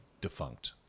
defunct